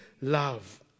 love